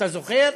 אתה זוכר?